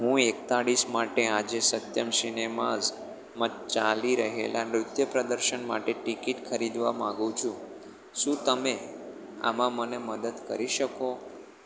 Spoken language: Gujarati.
હું એકતાળીસ માટે આજે સત્યમ સિનેમાઝમાં ચાલી રહેલા નૃત્ય પ્રદર્શન માટે ટિકિટ ખરીદવા માંગુ છું શું તમે આમાં મને મદદ કરી શકો